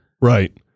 Right